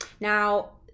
now